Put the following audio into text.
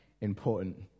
important